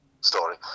story